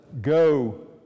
Go